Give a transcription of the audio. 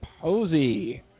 Posey